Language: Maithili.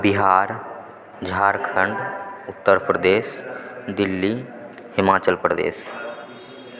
बिहार झारखण्ड उत्तर प्रदेश दिल्ली हिमाचल प्रदेश